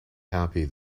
happy